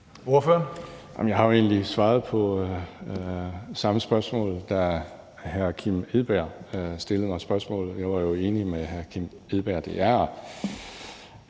Jeg har jo egentlig svaret på spørgsmålet, da hr. Kim Edberg Andersen stillede mig samme spørgsmål. Jeg var enig med hr. Kim Edberg